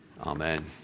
Amen